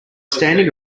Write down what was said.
standing